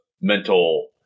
mental